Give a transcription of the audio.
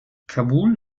kabul